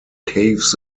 caves